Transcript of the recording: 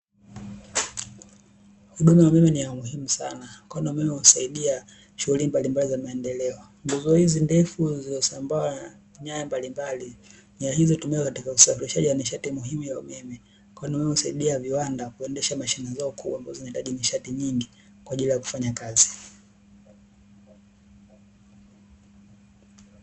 Huduma ya umeme ni ya muhimu sana, kwani umeme husaidia shughuli mbalimbali za maendeleo. Nguzo hizi ndefu zilizosambaa nyaya mbalimbali. Nyaya hizo hutumika katika usafirishaji wa nishati muhimu ya umeme, kwani umeme husaidia viwanda kuendesha mashine zao kubwa ambazo zinahitaji nishati nyingi kwa ajili ya kufanya kazi.